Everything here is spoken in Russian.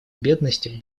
бедностью